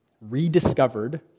rediscovered